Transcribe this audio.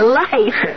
life